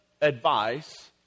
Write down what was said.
advice